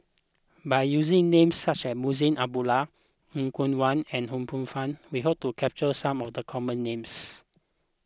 by using names such as Munshi Abdullah Er Kwong Wah and Ho Poh Fun we hope to capture some of the common names